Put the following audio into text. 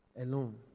alone